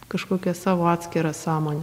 kažkokią savo atskirą sąmonę